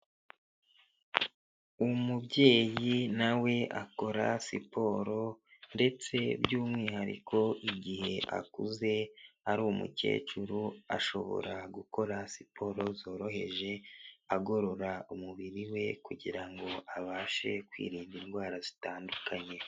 Umubyeyi na we akora siporo, ndetse by'umwihariko igihe akuze ari umukecuru ashobora gukora siporo zoroheje agorora umubiri we kugira ngo abashe kwirinda indwara zitandukanye.